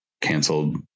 canceled